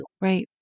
Right